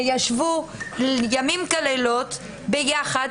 ישבו לילות כימים ביחד,